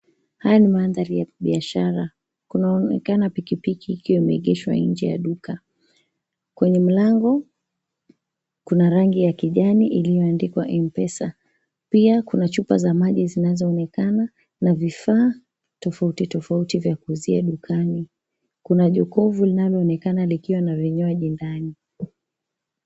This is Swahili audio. Haya ni mandhari ya kibiashara. Kunaonekana pikipiki ikiwa imeegeshwa nje ya duka. Kwenye mlango kuna rangi ya kijani iliyoandikwa M-Pesa. Pia kuna chupa za maji zinazoonekana na vifaa tofauti tofauti vya kuuzia dukani. Kuna jokofu lililo onekana likiwa na vinywaji ndani